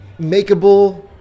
makeable